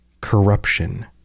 corruption